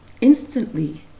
Instantly